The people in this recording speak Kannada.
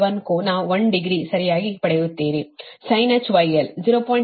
9481 ಕೋನ 1 ಡಿಗ್ರಿ ಸರಿಯಾಗಿ ಪಡೆಯುತ್ತೀರಿ sinh γl 0